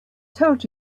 told